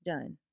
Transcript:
done